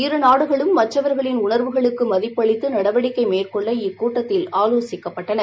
இரு நாடுகளும் மற்றவர்களின் உணர்வுகளுக்கு மதிப்பளித்து நடவடிக்கை மேற்கொள்ள இக்கூட்டத்தில் ஆவோசிக்கப்பட்டள